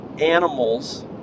animals